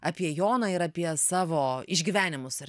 apie joną ir apie savo išgyvenimus ar